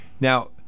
Now